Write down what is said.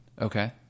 Okay